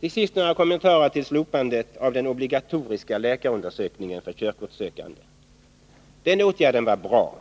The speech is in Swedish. Till sist några kommentarer till slopandet av den obligatoriska läkarundersökningen för körkortssökande. Det åtgärden var bra.